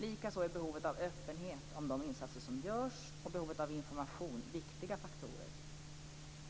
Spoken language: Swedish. Likaså är behovet av öppenhet om de insatser som görs och behovet av information viktiga faktorer.